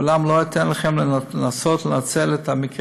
אולם לא אתן לכם לנסות ולנצל את המקרה